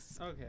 Okay